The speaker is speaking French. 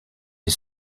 les